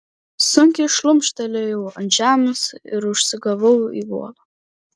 sunkiai šlumštelėjau ant žemės ir užsigavau į uolą